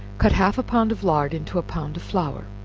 cut half a pound of lard into a pound of flour,